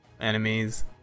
enemies